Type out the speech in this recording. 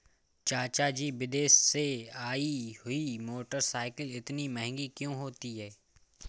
चाचा जी विदेश से आई हुई मोटरसाइकिल इतनी महंगी क्यों होती है?